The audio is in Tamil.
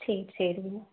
சரி சரி